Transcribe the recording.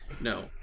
No